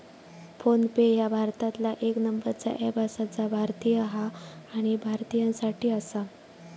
phone पे ह्या भारतातला येक नंबरचा अँप आसा जा भारतीय हा आणि भारतीयांसाठी आसा